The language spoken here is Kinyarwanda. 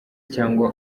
cyangwa